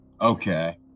Okay